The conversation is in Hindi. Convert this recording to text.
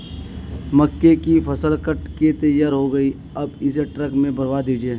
मक्के की फसल कट के तैयार हो गई है अब इसे ट्रक में भरवा दीजिए